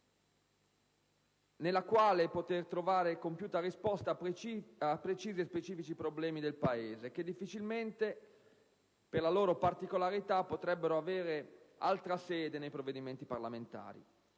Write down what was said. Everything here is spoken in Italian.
nella quale trovare una compiuta risposta a precisi e specifici problemi del Paese che, difficilmente, per la loro particolarità, potrebbero avere altra sede nei provvedimenti parlamentari.